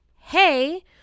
hey